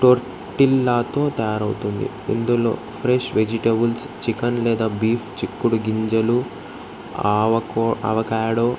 టోర్టిల్లాతో తయారవుతుంది ఇందులో fresh vegetables chicken లేదా బీఫ్ చిక్కుడు గింజలు అవకాడో